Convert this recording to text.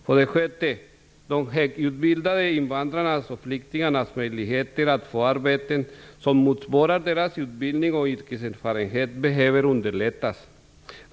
För det sjätte: De högutbildade invandrarnas och flyktingarnas möjligheter att få arbeten som motsvarar deras utbildning och yrkeserfarenhet behöver underlättas.